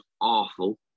awful